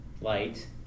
light